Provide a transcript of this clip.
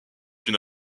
une